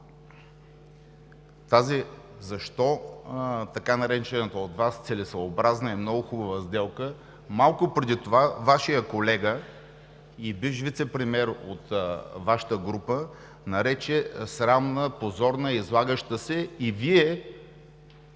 Защо така наречената от Вас целесъобразна е много хубава сделка? Малко преди това Вашият колега и бивш вицепремиер от Вашата група нарече срамна, позорна, излагаща се и Вие